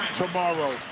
tomorrow